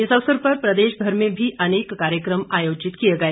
इस अवसर पर प्रदेशभर में भी अनेक कार्यक्रम आयोजित किए गए